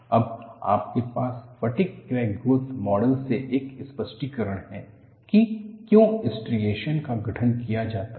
अब आपके पास फटिग क्रैक ग्रोथ मॉडल से एक स्पष्टीकरण है कि क्यों स्ट्रिएशनस का गठन किया जाता है